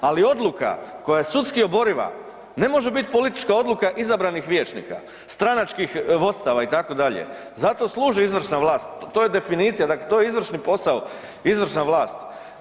Ali odluka koja je sudski oboriva ne može bit politička odluka izabranih vijećnika, stranačkih vodstava itd., zato služi izvršna vlast, to je definicija, dakle to je izvršni posao izvršna vlast.